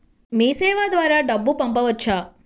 మీసేవ ద్వారా డబ్బు పంపవచ్చా?